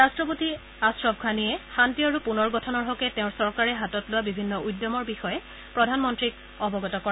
ৰট্টপতি আশ্ৰফ ঘানিয়ে শান্তি আৰু পূনৰগঠনৰ হকে তেওঁৰ চৰকাৰে হাতত লোৱা বিভিন্ন উদ্যমৰ বিষয়ে প্ৰধানমন্ত্ৰীক অৱগত কৰে